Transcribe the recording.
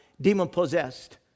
demon-possessed